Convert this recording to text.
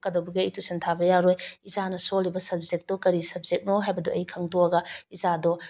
ꯀꯩꯗꯧꯕꯒꯤ ꯑꯩ ꯇ꯭ꯌꯨꯁꯟ ꯊꯥꯕ ꯌꯥꯔꯣꯏ ꯏꯆꯥꯅ ꯁꯣꯜꯂꯤꯕ ꯁꯕꯖꯦꯛꯇꯣ ꯀꯔꯤ ꯁꯕꯖꯦꯛꯅꯣ ꯍꯥꯏꯕꯗꯣ ꯑꯩ ꯈꯪꯗꯣꯛꯑꯒ ꯏꯆꯥꯗꯣ